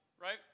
right